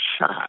shot